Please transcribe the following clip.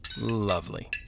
Lovely